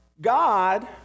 God